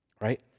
right